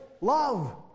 Love